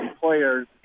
players